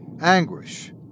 anguish